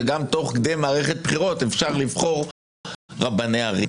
שגם תוך כדי מערכת בחירות אפשר לבחור רבני ערים.